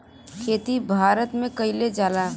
खेती भारते मे कइल जाला